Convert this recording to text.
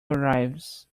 arrives